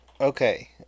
Okay